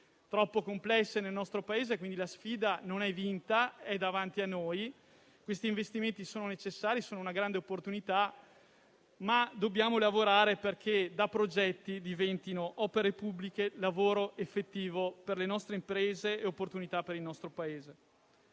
troppo complesse nel nostro Paese. Quindi, la sfida non è vinta, è davanti a noi. Questi investimenti sono necessari, sono una grande opportunità, ma dobbiamo lavorare perché diventino opere pubbliche, lavoro effettivo per le nostre imprese e opportunità per il nostro Paese.